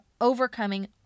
overcoming